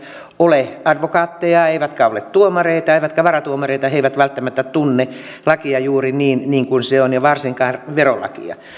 ole advokaatteja eivätkä ole tuomareita eivätkä varatuomareita he he eivät välttämättä tunne lakia juuri niin niin kuin se on eivätkä varsinkaan verolakia